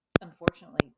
unfortunately